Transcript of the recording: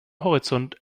horizont